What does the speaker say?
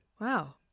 Wow